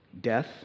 Death